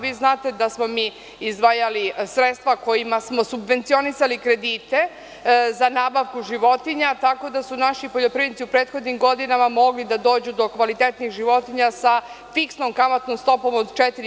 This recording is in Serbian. Vi znate da smo izdvajali sredstva kojima smo subvencionisali kredite za nabavku životinja, tako da su naši poljoprivrednici u prethodnim godinama mogli da dođu do kvalitetnih životinja sa fiksnom kamatnom stopom od 4%